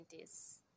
20s